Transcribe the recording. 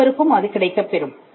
அனைவருக்கும் அது கிடைக்கப் பெறும்